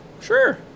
sure